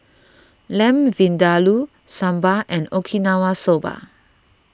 Lamb Vindaloo Sambar and Okinawa Soba